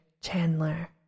Chandler